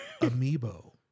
Amiibo